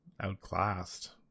outclassed